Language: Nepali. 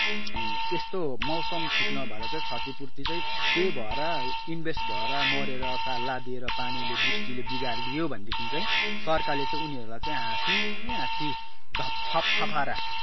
अब यस्तो मौसम ठिक नभएर चाहिँ क्षतिपूर्ति चाहिँ केही भएर इन्भेस्ट भएर मरेर लादिएर पानीले वृष्टिले बिगारिदियो भनेदेखि चाहिँ सरकारले चाहिँ उनीहरूलाई चाहिँ हाँसी हाँसी थपथपाएर